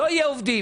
לא יהיו עובדים.